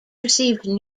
received